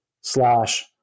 slash